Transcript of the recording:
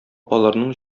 аларның